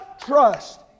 trust